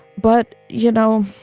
but, you know,